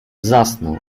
zasnął